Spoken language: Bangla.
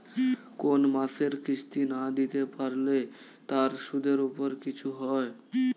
কোন মাসের কিস্তি না দিতে পারলে তার সুদের উপর কিছু হয়?